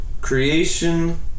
creation